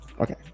okay